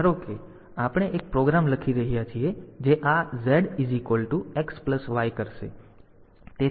હવે ધારો કે આપણે એક પ્રોગ્રામ લખી રહ્યા છીએ જે આ Z X Y કરશે